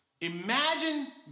Imagine